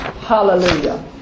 Hallelujah